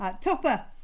Topper